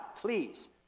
please